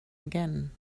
again